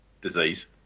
disease